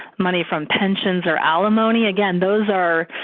money from pensions or alimony, again, those are